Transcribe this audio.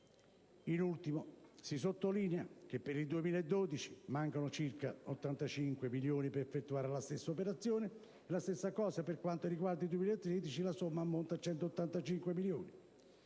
In ultimo, si sottolinea che per il 2012 mancano circa 85 milioni per effettuare la stessa operazione. Lo stesso avviene per il 2013, laddove la somma ammonta a 185 milioni,